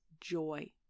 joy